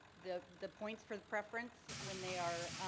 the the points for the preference when they are